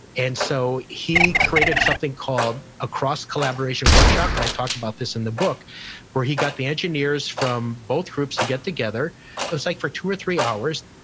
and so he created something called across collaboration workshop, and i talk about this in the book where he got the engineers from both groups to get together. it was like for two or three hours,